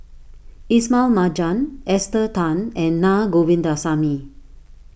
Ismail Marjan Esther Tan and Naa Govindasamy